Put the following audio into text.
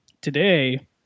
today